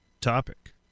topic